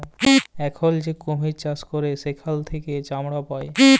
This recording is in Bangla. এখল যে কুমির চাষ ক্যরে সেখাল থেক্যে চামড়া পায়